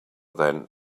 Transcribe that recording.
than